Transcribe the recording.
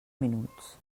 minuts